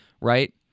right